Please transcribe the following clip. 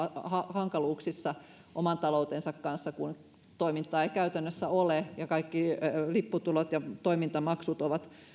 hankaluuksissa oman taloutensa kanssa kun toimintaa ei käytännössä ole ja kaikki lipputulot ja toimintamaksut ovat